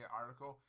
article